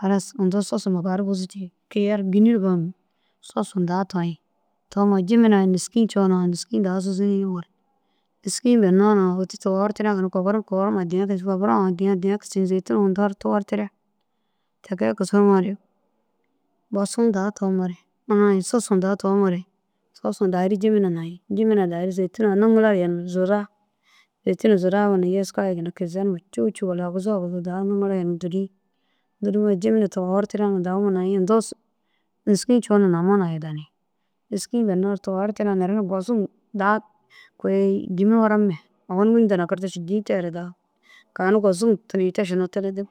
Halas undoo sos numa karu buzu cii kiyayi ru gîni ru gonum daha toyi tomoo jimina ayi nêski coona nêskii daha sûsunii ôwolu. Nêskii bênno na ôweti tuwoirtira ginna kogorum kogorum addiya kisim pabura addiya addiya kisim zêtunu undoore tuwortire. Ti kisiŋoore bosu daha tomoore ini ai sosuu daha tomoore sosu dahu ru jimina nayii dawuru zêtuna niŋila yeni zura. Zêtuna zura woo na yeska woo na ginna kizenimare cûu cûu walla aguzu aguzu dahuru niŋila yenum dûrig. Dûrumoore jimina towortira dahumara nayi undoo nêskii ciyoo na namoo na aya danni. Nêskii bênoo togogortira mire na gozum daha kôi dîima furamima owoni wîni ra nakirde ši. Dîi tere daha kaanu gozum tuniĩ te šinoo kilidiŋ